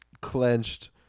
clenched